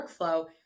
workflow